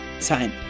time